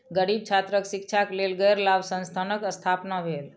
गरीब छात्रक शिक्षाक लेल गैर लाभ संस्थानक स्थापना भेल